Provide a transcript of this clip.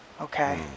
Okay